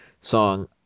song